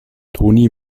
toni